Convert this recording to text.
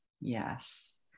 Yes